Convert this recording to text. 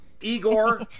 Igor